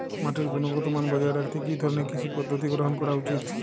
মাটির গুনগতমান বজায় রাখতে কি ধরনের কৃষি পদ্ধতি গ্রহন করা উচিৎ?